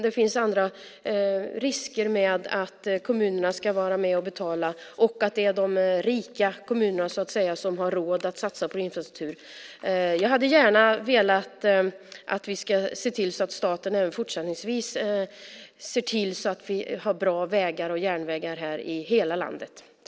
Det finns också andra risker med att kommunerna ska vara med och betala och att det är de rika kommunerna som har råd att satsa på infrastruktur. Jag hade gärna velat att vi skulle se till att staten även fortsättningsvis ser till att vi har bra vägar och järnvägar i hela landet.